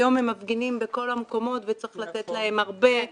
היום הם מפגינים בכל המקומות וצריך לתת להם הרבה כבוד.